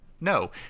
No